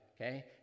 okay